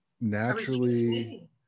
naturally